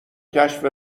کشف